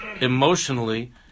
Emotionally